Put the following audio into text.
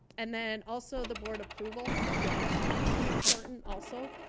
and then also the board approval of the audit plan will be important also.